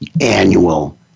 annual